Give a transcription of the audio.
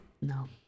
no